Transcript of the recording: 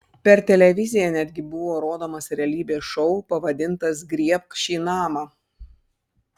per televiziją netgi buvo rodomas realybės šou pavadintas griebk šį namą